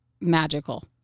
magical